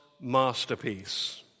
masterpiece